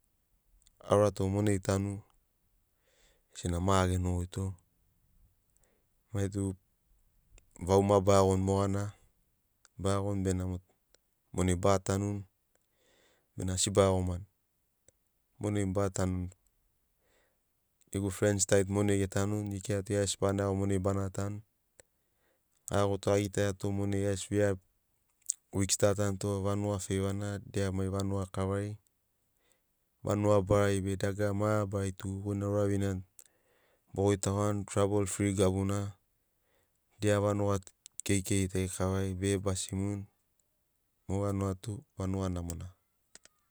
Aurato monai tanu sena ma agenogoito maitu vau ma ba iagoni mogana ba iagoni bena monai ba tanuni bena asi ba iagomani monai mogo ba tanuni. Gegu frens tari tu monai ge tanuni ge kirato gia gesi bana iago monai bana tanu a iagoto a gitaiato monai gia gesi vira wiks ta a tanuto vanuga feivana dia mai vanuga kavari. Vanuga barari be dagara mabarari tug oi na ouraviniani bo goitagoani trabol fri gabuna dia vanuga keikeiri tari kavari bege basimuni mo vanuga tu vanuga namona.